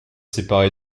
séparé